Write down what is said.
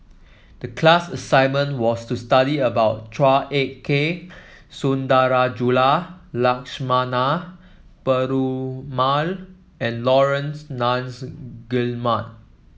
the class assignment was to study about Chua Ek Kay Sundarajulu Lakshmana Perumal and Laurence Nunns Guillemard